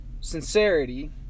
sincerity